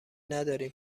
ندارین